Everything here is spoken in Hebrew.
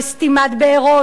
לסתימת בארות,